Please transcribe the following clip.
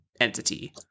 entity